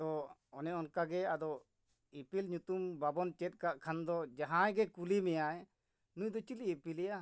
ᱛᱚ ᱚᱱᱮ ᱚᱱᱠᱟ ᱜᱮ ᱟᱫᱚ ᱤᱯᱤᱞ ᱧᱩᱛᱩᱢ ᱵᱟᱵᱚᱱ ᱪᱮᱫ ᱠᱟᱜ ᱠᱷᱟᱱ ᱫᱚ ᱡᱟᱦᱟᱸᱭ ᱜᱮ ᱠᱩᱞᱤ ᱢᱮᱭᱟᱭ ᱱᱩᱭ ᱫᱚ ᱪᱤᱞᱤ ᱤᱯᱤᱞᱭᱟ